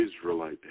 Israelite